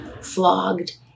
flogged